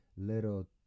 little